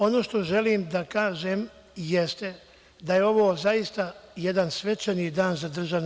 Ono što želim da kažem jeste da je ovo zaista jedan svečani dan za DRI.